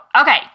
Okay